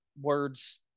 words